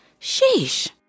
Sheesh